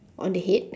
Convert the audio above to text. on the head